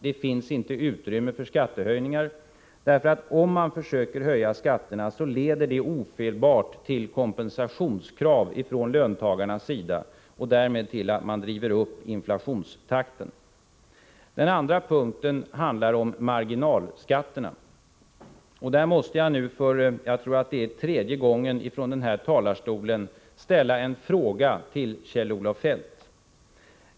Det finns inte utrymme för skattehöjningar, för om man fortsätter att höja skatterna leder det ofelbart till kompensationskrav från löntagarna och därmed till att man driver upp inflationstakten. Det andra är marginalskatterna. Jag måste nu för — jag tror — tredje gången från den här talarstolen ställa en fråga till Kjell-Olof Feldt.